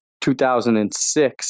2006